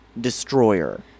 destroyer